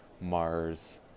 Mars